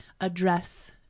address